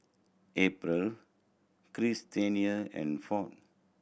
April Christena and Ford